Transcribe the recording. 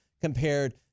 compared